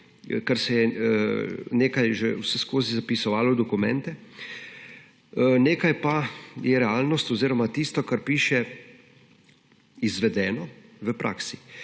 da se je nekaj že vseskozi zapisovalo v dokumente, nekaj pa je realnost oziroma tisto, kar piše, izvedeno v praksi,